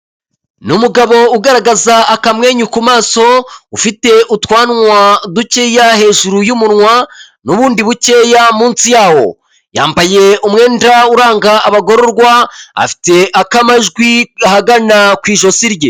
Ni umugabo ugaragaza akamwenyu ku maso ufite utwanwa dukeya hejuru y'umunwa n'ubundi bukeya munsi yawo, yambaye umwenda uranga abagororwa afite akamajwi ahagana ku ijosi rye.